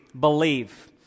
believe